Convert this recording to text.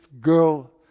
girl